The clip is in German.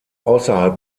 außerhalb